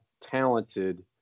talented